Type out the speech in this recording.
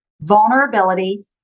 Vulnerability